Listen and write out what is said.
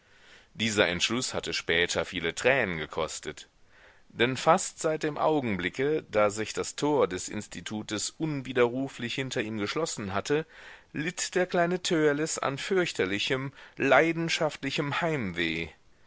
dieser entschluß hatte später viele tränen gekostet denn fast seit dem augenblicke da sich das tor des institutes unwiderruflich hinter ihm geschlossen hatte litt der kleine törleß an fürchterlichem leidenschaftlichem heimweh